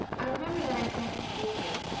i remember that i said thank you